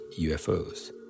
UFOs